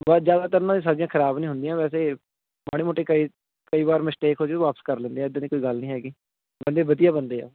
ਬਾ ਜ਼ਿਆਦਾਤਰ ਨਾ ਸਬਜ਼ੀਆਂ ਖਰਾਬ ਨਹੀਂ ਹੁੰਦੀਆਂ ਵੈਸੇ ਮਾੜੀ ਮੋਟੀ ਕਈ ਕਈ ਵਾਰ ਮਿਸਟੇਕ ਹੋ ਜੂ ਉਹ ਵਾਪਸ ਕਰ ਲੈਂਦੇ ਹੈ ਇੱਦਾਂ ਦੀ ਕੋਈ ਗੱਲ ਨਹੀਂ ਹੈਗੀ ਬੰਦੇ ਵਧੀਆ ਬੰਦੇ ਆ